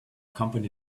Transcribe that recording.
company